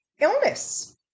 illness